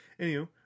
Anywho